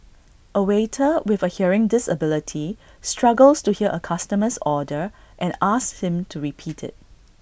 A waiter with A hearing disability struggles to hear A customer's order and asks him to repeat IT